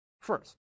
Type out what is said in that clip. First